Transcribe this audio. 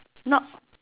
not